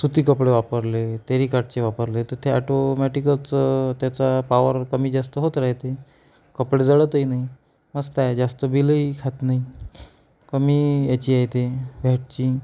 सुती कपडे वापरले तेरीकाटचे वापरले तर ते एटोमॅटिकच त्याचा पावर कमी जास्त होत राहते कपडे जळतही नाही मस्त आहे जास्त बिलही खात नाही कमी याची आहे ते व्हॅटची